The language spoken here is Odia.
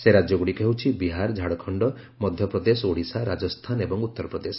ସେହି ରାଜ୍ୟଗୁଡ଼ିକ ହେଉଛି ବିହାର ଝାଡ଼ଖଣ୍ଡ ମଧ୍ୟପ୍ରଦେଶ ଓଡ଼ିଶା ରାଜସ୍ଥାନ ଏବଂ ଉତ୍ତର ପ୍ରଦେଶ